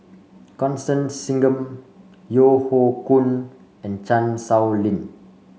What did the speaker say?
Constance Singam Yeo Hoe Koon and Chan Sow Lin